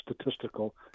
statistical